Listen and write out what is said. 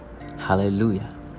Hallelujah